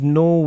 no